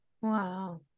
Wow